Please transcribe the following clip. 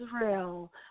Israel